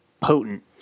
potent